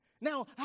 Now